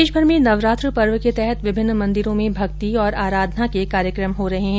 प्रदेशभर में नवरात्रा पर्व के तहत विभिन्न मंदिरों में भक्ति और अराधना के कार्यक्रम हो रहे है